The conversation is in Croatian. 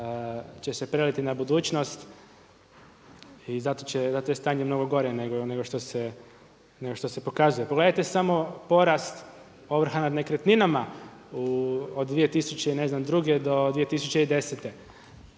će se preliti na budućnost i zato je stanje mnogo gore nego što se pokazuje. Pogledajte samo porast ovrha nad nekretninama, od 2002. do ne